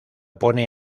pone